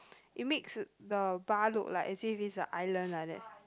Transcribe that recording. it makes the bar look like as if it's a island like that